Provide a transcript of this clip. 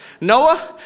Noah